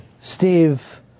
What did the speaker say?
Steve